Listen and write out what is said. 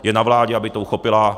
Je na vládě, aby to uchopila.